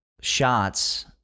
shots